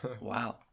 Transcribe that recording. Wow